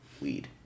weed